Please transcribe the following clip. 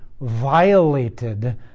violated